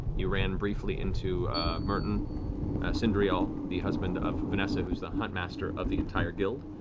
you ran briefly into mertin cyndrial, the husband of vanessa, who's the huntmaster of the entire guild,